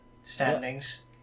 standings